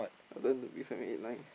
I don't want to be seven eight nine